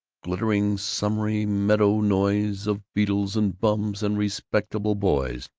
glittering summery meadowy noise of beetles and bums and respectable boys.